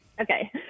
Okay